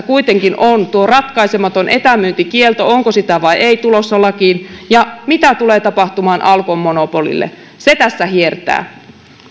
kuitenkin on tuo ratkaisematon etämyyntikielto onko se tulossa lakiin vai ei ja mitä tulee tapahtumaan alkon monopolille se tässä hiertää